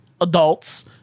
adults